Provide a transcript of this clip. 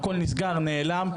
הכל נסגר נעלם,